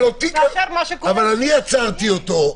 אני עצרתי אותו.